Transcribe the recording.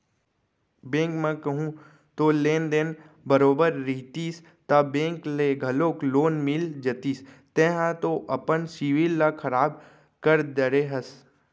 bank म कहूँ तोर लेन देन बरोबर रहितिस ता बेंक ले घलौक लोन मिल जतिस तेंहा तो अपन सिविल ल खराब कर डरे हस